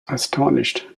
astonished